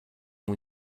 اون